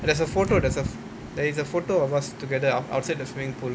there's a photo there's a pho~ there is a photo of us together out~ outside the swimming pool